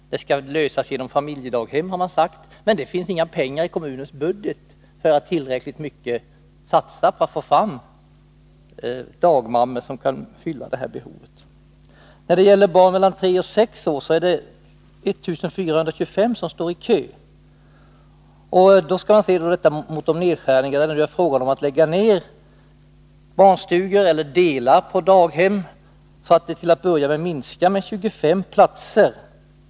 Det hela skall lösas genom familjedaghem, har man sagt, men det finns inga pengar i kommunens budget så att man kan satsa tillräckligt på att få fram dagmammor som kan fylla behovet. Beträffande barn mellan tre och sex år står 1 425 i kö. Detta kan jämföras med de planerade nedskärningarna, där det är fråga om att lägga ned barnstugor eller att dela på daghem, så att det till en början blir en direkt minskning med 25 platser.